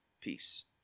peace